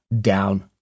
down